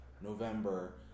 November